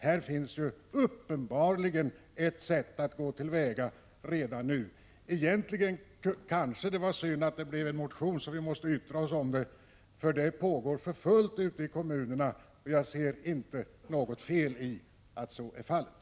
Det finns ju uppenbarligen redan nu ett annat sätt att gå till väga på. Egentligen var det kanske synd att denna fråga aktualiserades i en motion, så att vi måste yttra oss om den. Den ordning som förespråkas tillämpas för fullt ute i kommunerna, och jag ser inte något fel i att så är fallet.